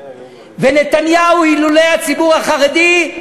ונתניהו, אילולא הציבור החרדי,